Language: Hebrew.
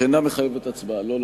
שאינה מחייבת הצבעה, לא.